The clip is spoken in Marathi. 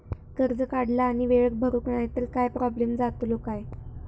कर्ज काढला आणि वेळेत भरुक नाय तर काय प्रोब्लेम जातलो काय?